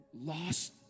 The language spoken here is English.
lost